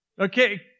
Okay